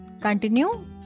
Continue